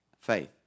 faith